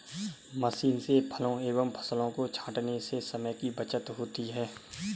machine से फलों एवं फसलों को छाँटने से समय की बचत होती है